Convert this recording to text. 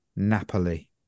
napoli